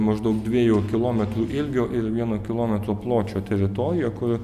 maždaug dviejų kilometrų ilgio ir vieno kilometro pločio teritorija kur